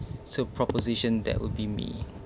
so proposition that would be me